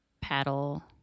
Paddle